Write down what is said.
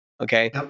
Okay